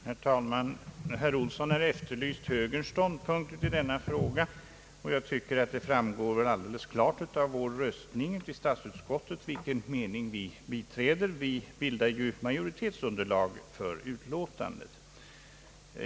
Herr talman! Herr Johan Olsson har efterlyst högerns ståndpunkt i denna fråga. Jag tycker att det väl framgår alldeles klart av vår röstning i statsutskottet, vilken mening vi biträder. Vi bildar ju majoritetsunderlag för utlåtandet.